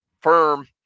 firm